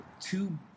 two